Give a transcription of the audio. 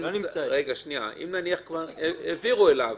הוגש כתב אישום --- אם כבר העבירו אליו